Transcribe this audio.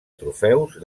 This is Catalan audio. trofeus